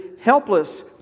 helpless